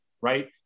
right